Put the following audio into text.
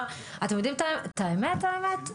אתם יודעים, את האמת-האמת?